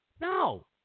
No